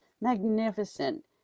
magnificent